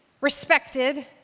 respected